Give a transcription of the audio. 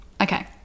Okay